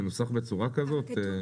מנוסח בצורה כזאת?